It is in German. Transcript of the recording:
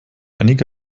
einige